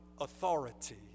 authority